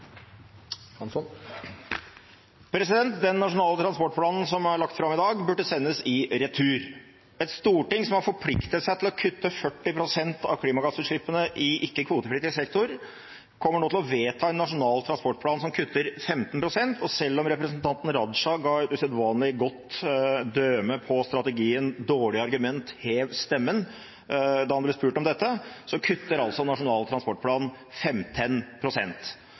omme. Den nasjonale transportplanen som er lagt fram i dag, burde sendes i retur. Et storting som har forpliktet seg til å kutte 40 pst. av klimagassutslippene i ikke-kvotepliktig sektor, kommer nå til å vedta en nasjonal transportplan som kutter 15 pst. Selv om representanten Raja ga et usedvanlig godt døme på strategien dårlig-argument-hev-stemmen da han ble spurt om dette, kutter Nasjonal transportplan